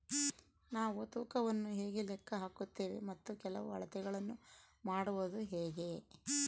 ನಾವು ತೂಕವನ್ನು ಹೇಗೆ ಲೆಕ್ಕ ಹಾಕುತ್ತೇವೆ ಮತ್ತು ಕೆಲವು ಅಳತೆಗಳನ್ನು ಮಾಡುವುದು ಹೇಗೆ?